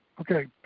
Okay